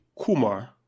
Kumar